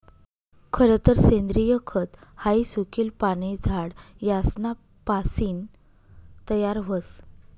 खरतर सेंद्रिय खत हाई सुकेल पाने, झाड यासना पासीन तयार व्हस